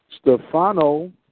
Stefano